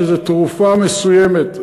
שזה תרופה מסוימת,